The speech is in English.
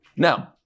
Now